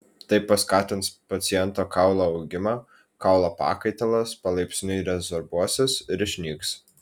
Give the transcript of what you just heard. tai paskatins paciento kaulo augimą kaulo pakaitalas palaipsniui rezorbuosis ir išnyks